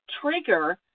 trigger